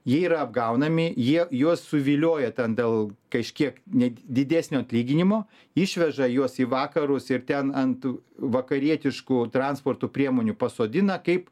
jie yra apgaunami jie juos suvilioja ten dėl kažkiek net didesnio atlyginimo išveža juos į vakarus ir ten ant tų vakarietiškų transporto priemonių pasodina kaip